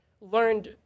learned